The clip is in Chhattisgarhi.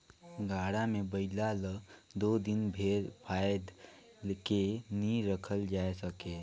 गाड़ा मे बइला ल दो दिन भेर फाएद के नी रखल जाए सके